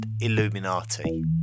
Illuminati